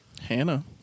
Hannah